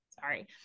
Sorry